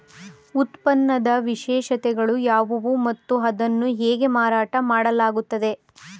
ಉತ್ಪನ್ನದ ವಿಶೇಷತೆಗಳು ಯಾವುವು ಮತ್ತು ಅದನ್ನು ಹೇಗೆ ಮಾರಾಟ ಮಾಡಲಾಗುತ್ತದೆ?